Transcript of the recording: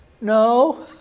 no